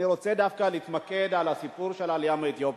אני רוצה דווקא להתמקד בסיפור של העלייה מאתיופיה.